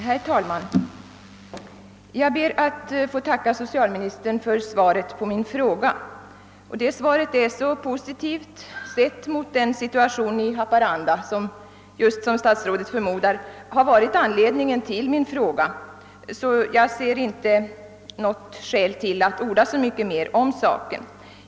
Herr talman! Jag ber att få tacka socialministern för svaret på min fråga. Detta är så positivt sett mot den situation i Haparanda vilken — som statsrådet just förmodar — var anledningen till min fråga att jag inte ser något skäl att orda så mycket mer om saken.